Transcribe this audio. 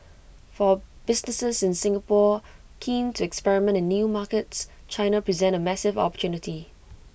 for businesses in Singapore keen to experiment in new markets China presents A massive opportunity